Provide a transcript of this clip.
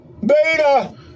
Beta